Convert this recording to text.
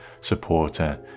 supporter